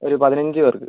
ഒരു പതിനഞ്ച് പേർക്ക്